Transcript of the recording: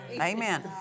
Amen